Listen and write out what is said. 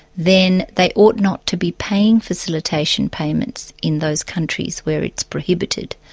then they ought not to be paying facilitation payments in those countries where it's prohibited.